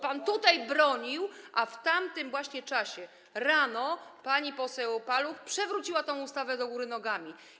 Pan tutaj bronił, a właśnie w tamtym czasie, rano, pani poseł Paluch przewróciła tę ustawę do góry nogami.